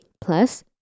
plus